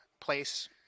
place